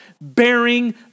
bearing